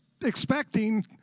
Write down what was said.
expecting